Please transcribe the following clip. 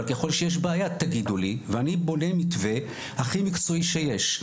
אבל ככול שיש בעיה תגידו לי ואני בונה מתווה הכי מקצועי שיש',